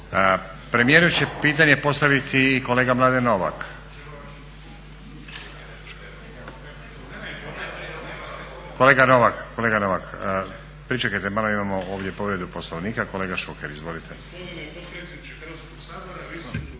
Premijeru će pitanje postaviti i kolega Mladen Novak. Kolega Novak pričekajte malo imamo ovdje povredu Poslovnika, kolega Šuker. Izvolite.